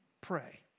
pray